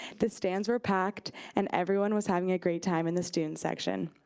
the stands were packed and everyone was having a great time in the student section.